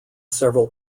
several